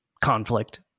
conflict